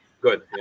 Good